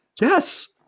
yes